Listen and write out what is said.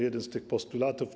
Jeden z tych postulatów.